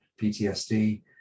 PTSD